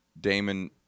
Damon